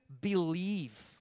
believe